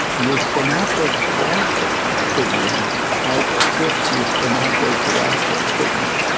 your synaptoclastic signaling outstrips your synaptoblastic signaling.